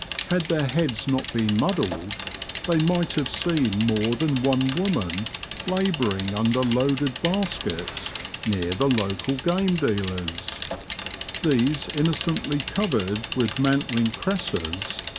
had their heads not been muddled they might have seen more than one woman labouring under loaded baskets near the local game dealers these innocently covered with mant ling cresses,